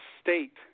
state